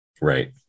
Right